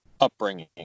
upbringing